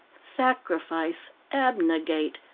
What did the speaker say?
sacrifice! abnegate!